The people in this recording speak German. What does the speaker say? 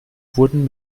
wurden